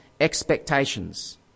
expectations